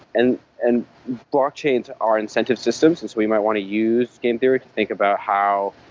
and and blockchains are incentive systems, as we might want to use game theory to think about how